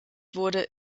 wurde